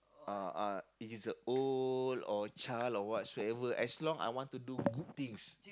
uh uh he's a old or child or whatsoever as long I want to do good things